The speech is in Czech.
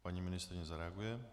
Paní ministryně zareaguje.